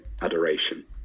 adoration